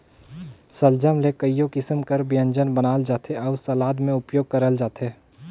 सलजम ले कइयो किसिम कर ब्यंजन बनाल जाथे अउ सलाद में उपियोग करल जाथे